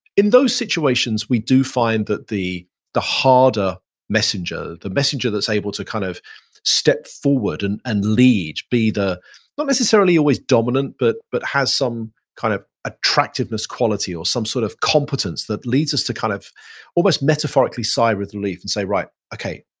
in those situations, we do find that the the harder messenger, the messenger that's able to kind of step forward and and lead, be the not necessarily always dominant but but has some kind of attractiveness quality or some sort of competence that leads us to kind of almost metaphorically sigh with relief and say, right, okay,